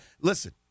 Listen